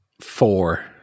four